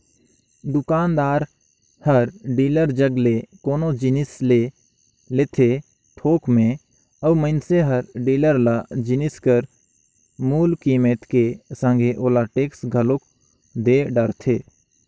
दुकानदार हर डीलर जग ले कोनो जिनिस ले लेथे थोक में अउ मइनसे हर डीलर ल जिनिस कर मूल कीमेत के संघे ओला टेक्स घलोक दे डरथे